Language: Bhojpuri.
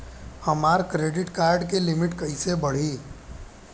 हमार क्रेडिट कार्ड के लिमिट कइसे बढ़ी?